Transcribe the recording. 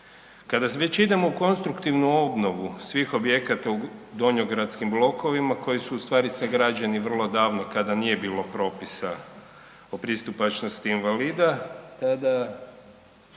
Kada već idemo u konstruktivnu obnovu svih objekata u donjogradskim blokovima koji su u stvari sagrađeni vrlo davno kada nije bilo propisa o pristupačnosti invalida, tada